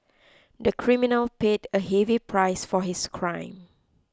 the criminal paid a heavy price for his crime